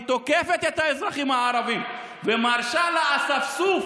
היא תוקפת את האזרחים הערבים ומרשה לאספסוף